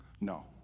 No